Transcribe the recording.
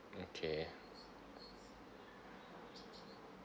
okay